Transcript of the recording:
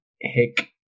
Hick